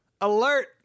Alert